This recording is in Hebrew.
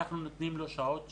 אנחנו נותנים לו שעות שבועיות,